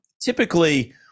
Typically